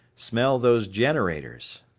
smell those generators.